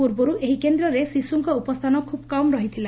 ପୂର୍ବରୁ ଏହି କେଦ୍ରରେ ଶିଶୁଙ୍କ ଉପସ୍ଚାନ ଖୁବ୍ କମ୍ ରହିଥିଲା